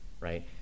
right